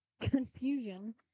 confusion